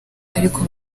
ariko